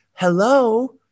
hello